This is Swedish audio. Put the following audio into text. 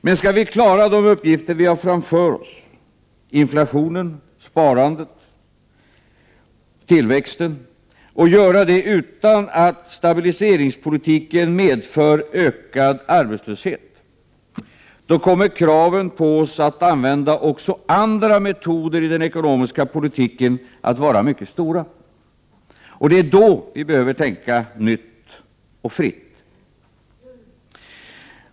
Men skall vi klara de uppgifter som vi har framför oss — inflationen, sparandet, tillväxten — och göra det utan att stabiliseringspolitiken medför ökad arbetslöshet, då kommer kraven på oss att använda också andra metoder i den ekonomiska politiken att vara mycket stora. Det är då vi behöver tänka nytt och fritt.